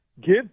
give